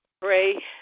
pray